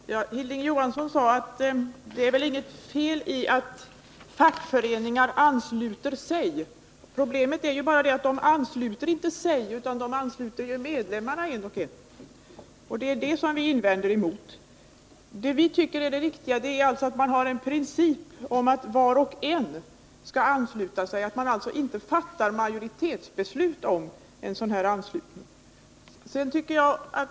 Fru talman! Hilding Johansson sade att det väl inte är något fel i att fackföreningar ansluter sig. Problemet är ju bara det att de inte ansluter sig själva utan medlemmarna, en och en. Det är detta som vi har invändningar emot. Vi tycker alltså att det är viktigt att man har principen att var och en skall ansluta sig själv, så att det inte fattas majoritetsbeslut om anslutning.